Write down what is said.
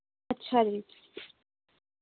ਅੱਛਾ ਜੀ